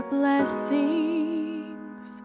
blessings